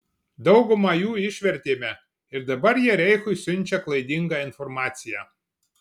daugumą jų išvertėme ir dabar jie reichui siunčia klaidingą informaciją